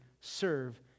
serve